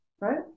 Right